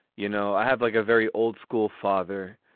you know, i have like a very old school father.